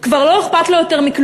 כבר לא אכפת לו מכלום.